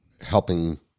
helping